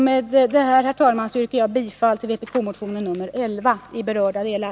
Med detta, herr talman, yrkar jag bifall till vpk-motionen nr 11 i berörda delar.